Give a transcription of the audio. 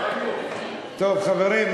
חברים,